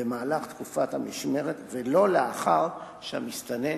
במהלך תקופת המשמרת, ולא לאחר שהמסתנן